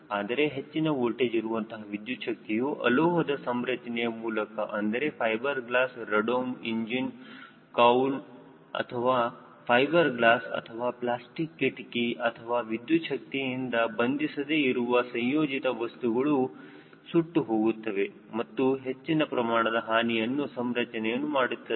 ಆದರೆ ಹೆಚ್ಚಿನ ವೋಲ್ಟೇಜ್ ಇರುವಂತಹ ವಿದ್ಯುತ್ ಶಕ್ತಿಯು ಅಲೋಹದ ಸಂರಚನೆಯ ಮೂಲಕ ಅಂದರೆ fibre glass radome engine cowl ಅಥವಾ ಫೈಬರ್ ಗ್ಲಾಸ್ ಅಥವಾ ಪ್ಲಾಸ್ಟಿಕ್ ಕಿಟಕಿ ಅಥವಾ ವಿದ್ಯುತ್ ಶಕ್ತಿಯಿಂದ ಬಂಧಿಸದೆ ಇರುವ ಸಂಯೋಜಿತ ವಸ್ತುಗಳು ಸುಟ್ಟು ಹೋಗುತ್ತದೆ ಮತ್ತು ಹೆಚ್ಚಿನ ಪ್ರಮಾಣದ ಹಾನಿಯನ್ನು ಸಂರಚನೆಗೆ ಮಾಡುತ್ತದೆ